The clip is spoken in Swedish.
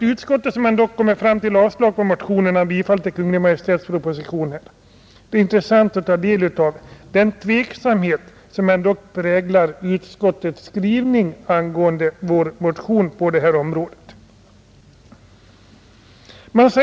Utskottet har ändock kommit fram till ett avstyrkande av motionen och bifall till Kungl. Maj:ts proposition, Det är intressant att ta del av den tveksamhet som präglar utskottets skrivning rörande vår motion på det här området.